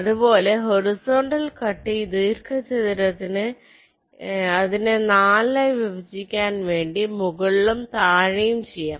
അതു പോലെ horizontal cut ഈ ദീർഘ ചതുരത്തിന് അതിനെ നാലായി ആയി വിഭജിക്കാൻ വേണ്ടി വേണ്ടി മുകളിലും താഴെയും ചെയ്യാം